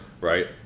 right